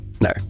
no